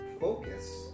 focus